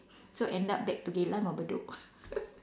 so end up back to Geylang or Bedok